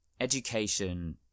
Education